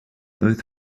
both